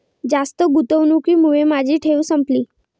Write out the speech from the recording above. जास्त गुंतवणुकीमुळे माझी ठेव संपली